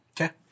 Okay